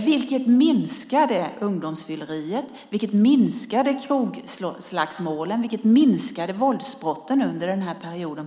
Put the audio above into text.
vilket under den här perioden påtagligt minskade ungdomsfylleriet, krogslagsmålen och våldsbrotten.